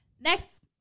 Next